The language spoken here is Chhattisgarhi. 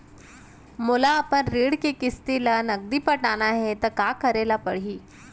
मोला अपन ऋण के किसती ला नगदी पटाना हे ता का करे पड़ही?